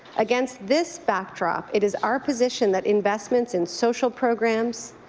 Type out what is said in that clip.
against this backdrop, it is our position that investments in social programs,